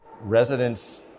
Residents